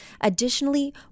Additionally